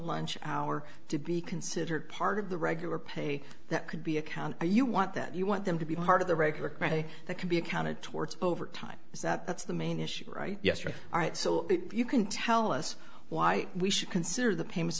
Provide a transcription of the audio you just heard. lunch hour to be considered part of the regular pay that could be a count you want that you want them to be part of the regular credits that can be counted towards overtime is that that's the main issue yesterday all right so you can tell us why we should consider the payments